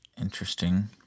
interesting